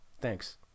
Thanks